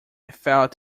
felt